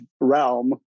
realm